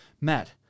Matt